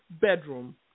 bedroom